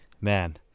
man